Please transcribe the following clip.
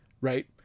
right